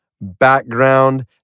background